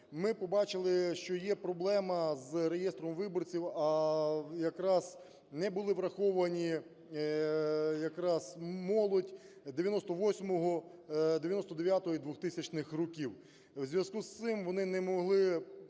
ми побачили, що є проблема з реєстром виборців, а якраз не були враховані якраз молодь 98-го, 99-го і 2000-х років. У зв'язку з цим вони не могли